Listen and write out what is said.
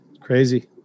Crazy